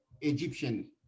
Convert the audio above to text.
egyptian